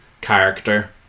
character